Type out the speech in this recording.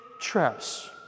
traps